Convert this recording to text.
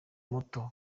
muto